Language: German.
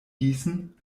gießen